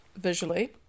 visually